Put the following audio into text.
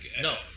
No